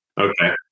Okay